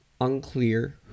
Unclear